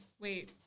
wait